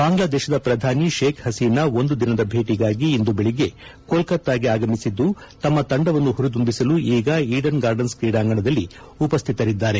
ಬಾಂಗ್ಲಾದೇಶದ ಪ್ರಧಾನಿ ಶೇಖ್ ಹಸೀನಾ ಒಂದು ದಿನದ ಭೇಟಿಗಾಗಿ ಇಂದು ಬೆಳಿಗ್ಗೆ ಕೊಲ್ಕತ್ತಾಗೆ ಆಗಮಿಸಿದ್ದು ತಮ್ಮ ತಂಡವನ್ನು ಹುರಿದುಂಬಿಸಲು ಈಗ ಈಡನ್ ಗಾರ್ಡನ್ಸ್ ಕ್ರೀಡಾಂಗಣದಲ್ಲಿ ಉಪಸ್ಥಿತರಿದ್ದಾರೆ